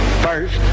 first